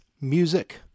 Music